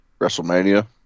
WrestleMania